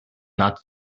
not